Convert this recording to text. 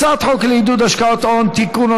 הצעת חוק לעידוד השקעות הון (תיקון,